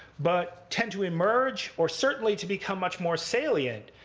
but tend to emerge, or certainly to become much more salient,